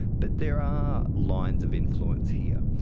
but there are lines of influence here,